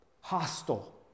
Hostile